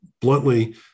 bluntly